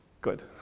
Good